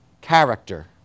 Character